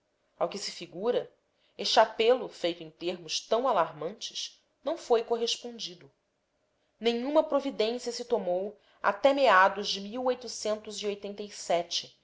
ao que se figura este apelo feito em termos tão alarmantes não foi correspondido nenhuma providência se tomou até meados de